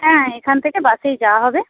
হ্যাঁ এখান থেকে বাসেই যাওয়া হবে